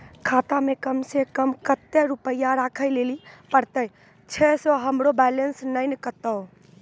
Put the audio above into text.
खाता मे कम सें कम कत्ते रुपैया राखै लेली परतै, छै सें हमरो बैलेंस नैन कतो?